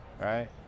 right